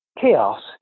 Chaos